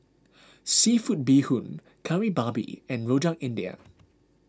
Seafood Bee Hoon Kari Babi and Rojak India